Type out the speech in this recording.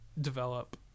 develop